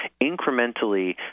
incrementally